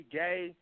gay